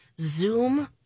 Zoom